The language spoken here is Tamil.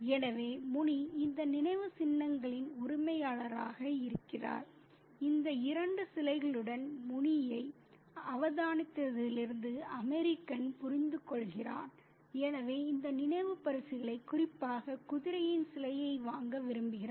எனவே முனி இந்த நினைவுச்சின்னங்களின் உரிமையாளராக இருக்கிறார் இந்த இரண்டு சிலைகளுடன் முனியை அவதானித்ததிலிருந்து அமெரிக்கன் புரிந்துகொள்கிறான் எனவே இந்த நினைவு பரிசுகளை குறிப்பாக குதிரையின் சிலையை வாங்க விரும்புகிறான்